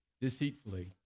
deceitfully